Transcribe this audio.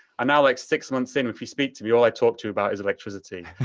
and now, like, six months in, if you speak to me, all i talk to you about is electricity.